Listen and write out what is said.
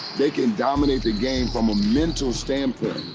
they can dominate the game from a mental standpoint.